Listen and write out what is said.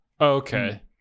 Okay